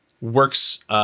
works